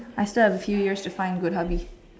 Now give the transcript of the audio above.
I still have a few years to find a good hobby